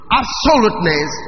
absoluteness